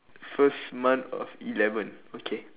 first month of eleven okay